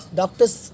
doctors